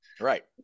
Right